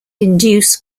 induce